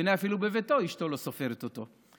והינה אפילו בביתו אשתו לא סופרת אותו.